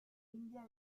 india